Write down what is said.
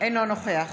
אינו נוכח